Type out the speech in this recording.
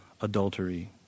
adultery